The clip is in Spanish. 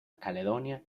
caledonia